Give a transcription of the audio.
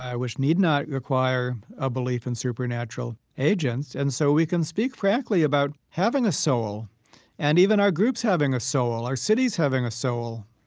which need not require a belief in supernatural agents. and so we can speak frankly about having a soul and even our groups having a soul, our cities having a soul,